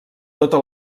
tota